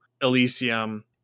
Elysium